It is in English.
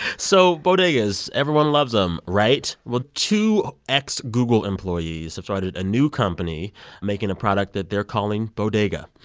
so bodegas everyone loves them, right? well, two ex google employees have started a new company making a product that they're calling bodega.